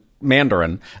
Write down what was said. Mandarin